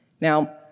Now